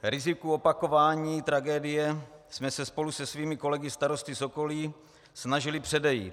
Riziku opakování tragédie jsme se spolu se svými kolegy starosty z okolí snažili předejít.